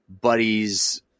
buddies